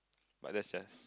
but that's just